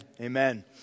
amen